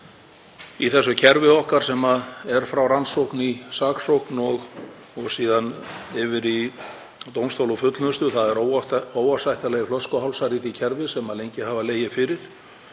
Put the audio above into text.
í þessu kerfi okkar sem er frá rannsókn í saksókn og síðan yfir í dómstóla og fullnustu. Það eru óásættanlegir flöskuhálsar í því kerfi sem lengi hafa legið fyrir.